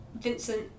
Vincent